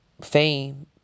fame